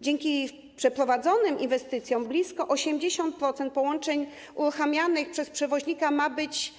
Dzięki przeprowadzonym inwestycjom blisko 80% połączeń uruchamianych przez przewoźnika ma być